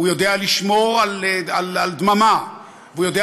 הוא יודע לשמור על דממה והוא יודע